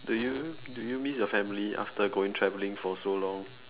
do you do you miss your family after going traveling for so long